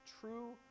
true